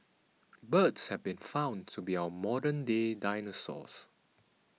birds have been found to be our modern day dinosaurs